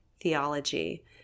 Theology